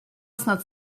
snad